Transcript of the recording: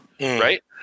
Right